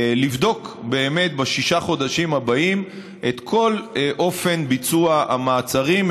לבדוק באמת בששת החודשים הבאים את כל אופן ביצוע המעצרים,